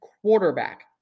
quarterback